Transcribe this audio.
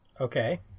Okay